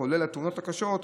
כולל התאונות הקשות,